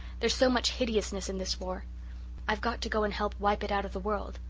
there's so much hideousness in this war i've got to go and help wipe it out of the world.